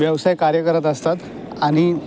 व्यवसाय कार्य करत असतात आणि